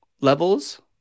levels